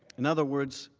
in other words,